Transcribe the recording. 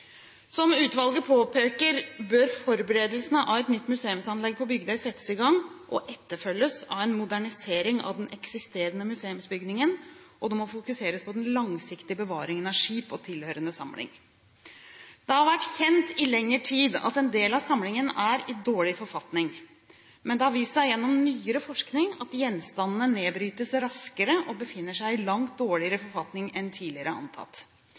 Som utvalget påpeker, bør forberedelsene av et nytt museumsanlegg på Bygdøy settes i gang og etterfølges av en modernisering av den eksisterende museumsbygningen, og det må fokuseres på den langsiktige bevaringen av skip og tilhørende samling. Det har i lengre tid vært kjent at en del av samlingen er i dårlig forfatning, men det har vist seg gjennom nyere forskning at gjenstandene nedbrytes raskere og befinner seg i langt dårligere forfatning enn tidligere antatt.